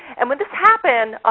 and when this happened